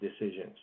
decisions